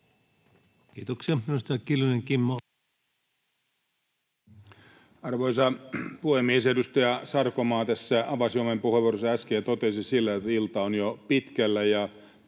Arvoisa puhemies! Kun edustaja Sarkomaa tässä avasi oman puheenvuoronsa äsken, hän totesi siinä, että ilta on jo pitkällä.